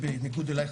בניגוד אלייך,